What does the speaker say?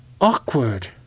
awkward